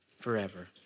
forever